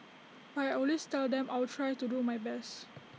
but I always tell them I will try to do my best